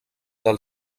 del